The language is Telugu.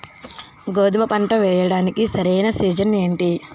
గోధుమపంట వేయడానికి సరైన సీజన్ ఏంటి?